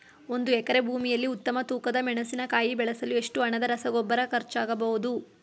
ಒಂದು ಎಕರೆ ಭೂಮಿಯಲ್ಲಿ ಉತ್ತಮ ತೂಕದ ಮೆಣಸಿನಕಾಯಿ ಬೆಳೆಸಲು ಎಷ್ಟು ಹಣದ ರಸಗೊಬ್ಬರ ಖರ್ಚಾಗಬಹುದು?